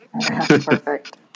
Perfect